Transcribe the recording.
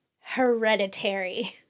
hereditary